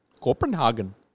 Copenhagen